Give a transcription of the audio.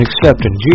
accepting